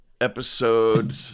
Episode